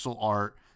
art